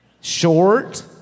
Short